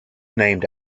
named